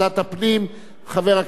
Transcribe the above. חבר הכנסת אמנון כהן.